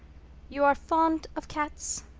you are fond of cats?